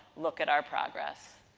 look at our progress.